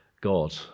God